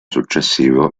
successivo